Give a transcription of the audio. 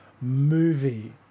movie